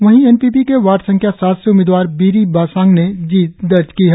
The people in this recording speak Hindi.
वही एन पी पी के वार्ड संख्या सात से उम्मीदवार बिरी बासांग ने जीत दर्ज की है